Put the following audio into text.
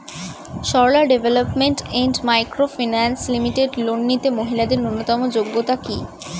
Sarala development and microfinance limited loan নিতে মহিলাদের ন্যূনতম যোগ্যতা কী?